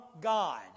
God